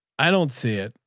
i don't see it.